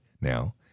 now